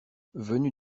venu